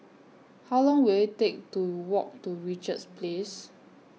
How Long Will IT Take to Walk to Richards Place